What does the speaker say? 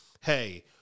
hey